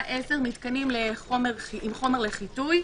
מתקנים עם חומר לחיטוי,